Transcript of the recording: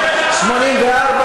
נהדר.